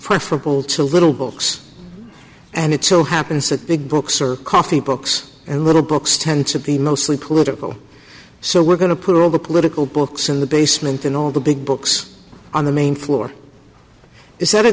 preferable to little books and it so happens that the books are costly books and little books tend to be mostly political so we're going to put all the political books in the basement and all the big books on the main floor is that a